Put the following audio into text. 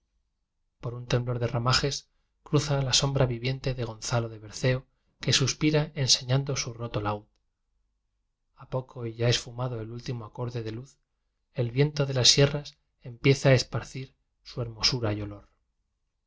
por un temblor de ramajes cruza la som bra viviente de gonzalo de berceo que sus pira enseñando su roto laúd a poco y ya esfumado el último acorde de luz el viento de las sierras empieza a esparcir su hermo sura y o